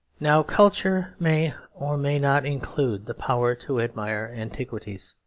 now culture may or may not include the power to admire antiquities,